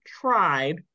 tried